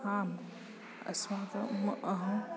आम् अस्माकम् अहं